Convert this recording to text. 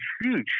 huge